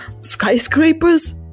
skyscrapers